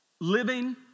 living